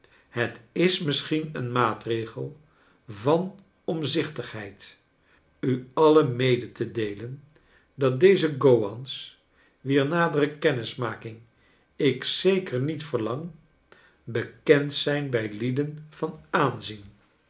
het is misschien een maatregel van omzichtigheid u alien mede te deelen dat deze go wans wier nadere kennismaking ik zeker niet verlang bekend zijn bij lieden van aanzien